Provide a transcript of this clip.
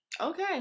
Okay